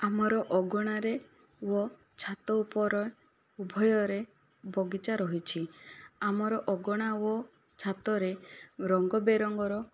ଆମର ଅଗଣାରେ ଓ ଛାତ ଉପରେ ଉଭୟରେ ବଗିଚା ରହିଛି ଆମର ଅଗଣା ଓ ଛାତରେ ରଙ୍ଗ ବେରଙ୍ଗର